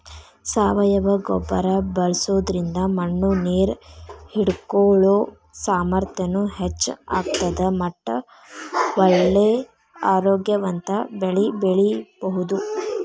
ಸಾವಯವ ಗೊಬ್ಬರ ಬಳ್ಸೋದ್ರಿಂದ ಮಣ್ಣು ನೇರ್ ಹಿಡ್ಕೊಳೋ ಸಾಮರ್ಥ್ಯನು ಹೆಚ್ಚ್ ಆಗ್ತದ ಮಟ್ಟ ಒಳ್ಳೆ ಆರೋಗ್ಯವಂತ ಬೆಳಿ ಬೆಳಿಬಹುದು